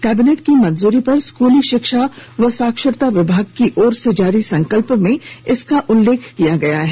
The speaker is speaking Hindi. कैबिनेट की मंजूरी पर स्कूली शिक्षा व साक्षरता विभाग की ओर से जारी संकल्प में इसका उल्लेख किया गया है